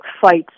fights